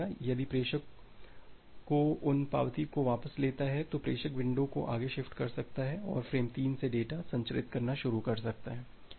यदि प्रेषक उन पावती को वापस लेता है तो प्रेषक विंडो को आगे शिफ्ट कर सकता है और फ़्रेम 3 से डेटा संचारित करना शुरू कर सकता है